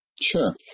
Sure